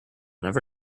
never